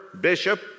bishop